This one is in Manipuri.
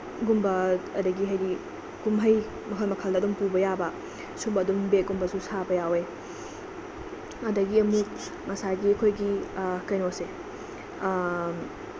ꯒꯨꯝꯕ ꯑꯗꯒꯤ ꯍꯥꯏꯗꯤ ꯀꯨꯝꯍꯩ ꯃꯈꯜ ꯃꯈꯜꯗ ꯑꯗꯨꯝ ꯄꯨꯕ ꯌꯥꯕ ꯁꯨꯝꯕ ꯑꯗꯨ ꯕꯦꯒꯀꯨꯝꯕꯁꯨ ꯁꯥꯕ ꯌꯥꯎꯋꯦ ꯑꯗꯒꯤ ꯑꯃꯨꯛ ꯉꯁꯥꯏꯒꯤ ꯑꯩꯈꯣꯏꯒꯤ ꯀꯩꯅꯣꯁꯦ